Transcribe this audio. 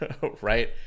right